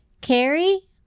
Carrie